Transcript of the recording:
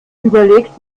überlegt